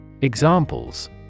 Examples